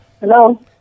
Hello